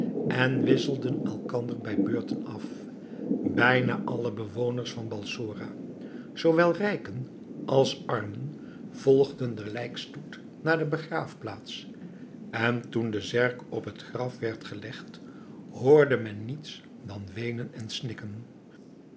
en wisselden elkander bij beurten af bijna alle bewoners van balsora zoowel rijken als armen volgden de lijkstoet naar de begraafplaats en toen de zerk op het graf werd gelegd hoorde men niets dan weenen en snikken